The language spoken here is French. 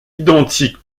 identique